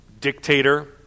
dictator